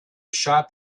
shop